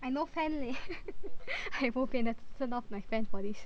I no fan leh I bo bian have to turn off my fan for this